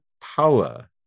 power